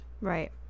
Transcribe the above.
Right